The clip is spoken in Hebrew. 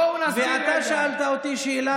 בואו נסביר רגע.